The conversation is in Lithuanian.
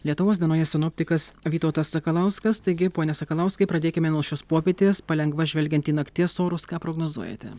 lietuvos dienoje sinoptikas vytautas sakalauskas taigi pone sakalauskai pradėkime nuo šios popietės palengva žvelgiant į nakties orus ką prognozuojate